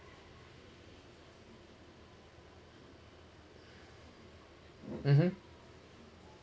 (uh huh)